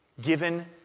given